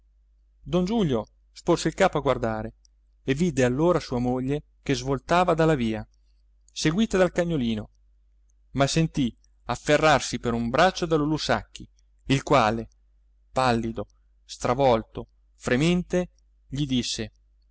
don giulio sporse il capo a guardare e vide allora sua moglie che svoltava dalla via seguita dal cagnolino ma sentì afferrarsi per un braccio da lulù sacchi il quale pallido stravolto fremente gli disse